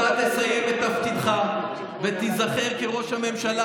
אתה תסיים את תפקידך ותיזכר כראש הממשלה